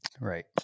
Right